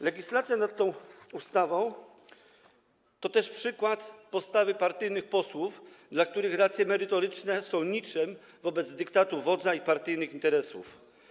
Legislacja w zakresie tej ustawy to też przykład postawy partyjnych posłów, dla których racje merytoryczne są niczym wobec dyktatu wodza i partyjnych interesów.